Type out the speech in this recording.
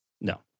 No